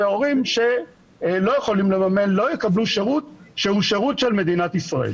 והורים שלא יכולים לממן לא יקבלו שירות שהוא שירות של מדינת ישראל.